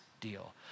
deal